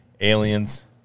Aliens